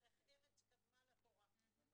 דרך ארץ קדמה לתורה.